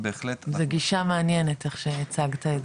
זה בהחלט --- זה גישה מעניינת איך שהצגת את זה.